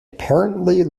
apparently